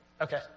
Okay